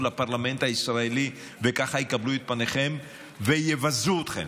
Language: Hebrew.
לפרלמנט הישראלי וככה יקבלו את פניכם ויבזו אתכם.